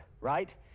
right